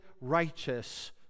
righteous